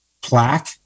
plaque